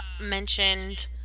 mentioned